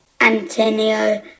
Antonio